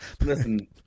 listen